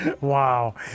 Wow